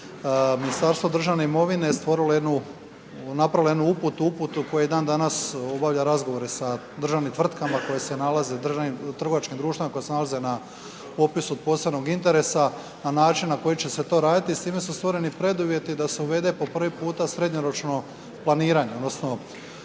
Ministarstvo državne imovine stvorilo je jednu, napravilo je jednu uputu, uputu koja i dan danas obavlja razgovore sa državnim tvrtkama koje se nalaze, državnim, trgovačkim društvima koje se nalaze na popisu od posebnog interesa na način na koji će se to raditi i s time su stvoreni preduvjeti da se uvede po prvi puta srednjoročno planiranje, odnosno